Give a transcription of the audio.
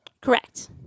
Correct